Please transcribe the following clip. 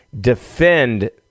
defend